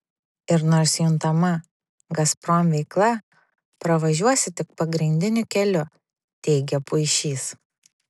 ir nors juntama gazprom veikla pravažiuosi tik pagrindiniu keliu teigė puišys